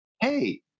hey